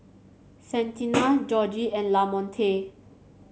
Santina Georgie and Lamonte